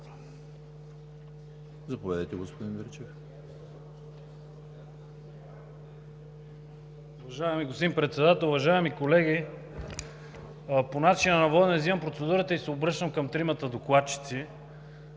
Заповядайте, господин Мирчев.